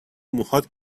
موهات